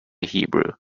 hebrew